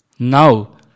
Now